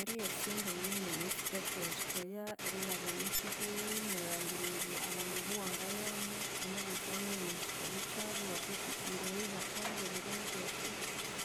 Erigha esyondimi nene sikakuwathikaya erilhaba mukyihugho nerilangira indi abandu abuwangayamu wamabugha wuthi wamaya omo kyikaru kyabu, bakakwikiriraya, ibakwangirira ndeke.